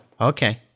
Okay